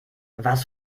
warst